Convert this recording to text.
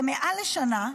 זה מעל שנה,